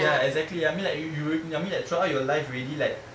ya exactly I mean like you you I mean like throughout your life already like